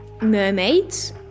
mermaids